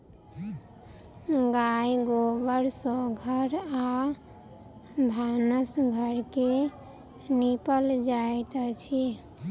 गाय गोबर सँ घर आ भानस घर के निपल जाइत अछि